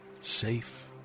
safe